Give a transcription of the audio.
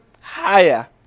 higher